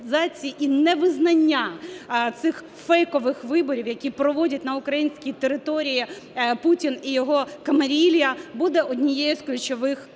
і невизнання цих фейкових виборів, які проводять на українській території Путін і його камарилья, буде однією з ключових